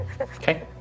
Okay